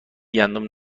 گندم